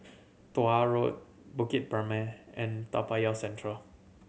Tuah Road Bukit Purmei and Toa Payoh Central